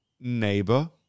neighbor